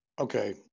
okay